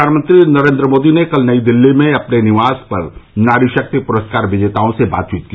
प्रधानमंत्री नरेन्द्र मोदी ने कल नई दिल्ली में अपने निवास पर नारी शक्ति पुरस्कार विजेताओं से बातचीत की